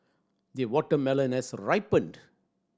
the watermelon has ripened